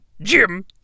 Jim